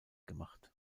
gemacht